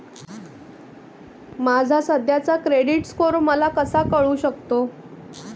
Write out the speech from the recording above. माझा सध्याचा credit score मला कसा कळू शकतो?